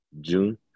June